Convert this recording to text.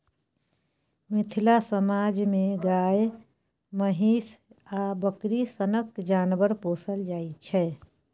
मिथिला समाज मे गाए, महीष आ बकरी सनक जानबर पोसल जाइ छै